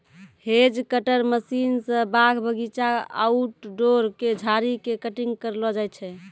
hedge cutter machine स बाग बगीचा, आउटडोर के झाड़ी के कटिंग करलो जाय छै